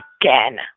again